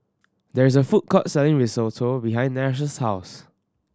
there is a food court selling Risotto behind Nash's house